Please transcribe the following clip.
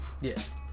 Yes